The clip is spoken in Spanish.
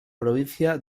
provincia